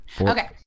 Okay